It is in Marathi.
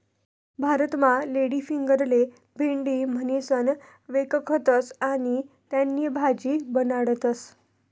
भारतमा लेडीफिंगरले भेंडी म्हणीसण व्यकखतस आणि त्यानी भाजी बनाडतस